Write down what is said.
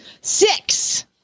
Six